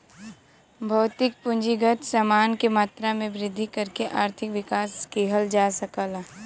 भौतिक पूंजीगत समान के मात्रा में वृद्धि करके आर्थिक विकास किहल जा सकला